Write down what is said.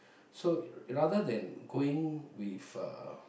so rather than going with uh